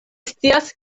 scias